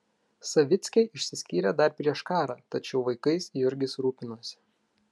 savickiai išsiskyrė dar prieš karą tačiau vaikais jurgis rūpinosi